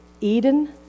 Eden